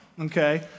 Okay